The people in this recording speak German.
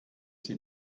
sie